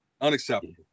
Unacceptable